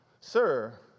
Sir